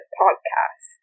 podcast